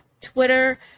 Twitter